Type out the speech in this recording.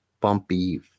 bumpy